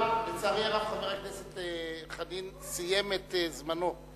לצערי הרב חבר הכנסת חנין סיים את זמנו.